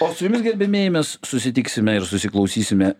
o su jumis gerbiamieji mes susitiksime ir susiklausysime